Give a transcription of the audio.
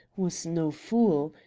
was no fool.